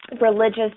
religious